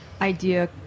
idea